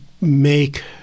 make